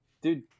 dude